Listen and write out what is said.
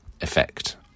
effect